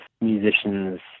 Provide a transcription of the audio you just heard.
musicians